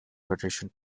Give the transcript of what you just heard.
federation